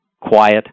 quiet